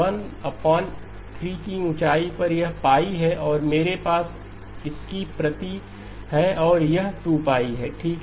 13 की ऊँचाई यह π है और मेरे पास इसकी प्रति है और यह 2 है ठीक